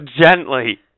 gently